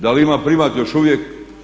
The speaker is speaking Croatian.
Da li ima primat još uvijek?